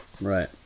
Right